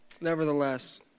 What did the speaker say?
nevertheless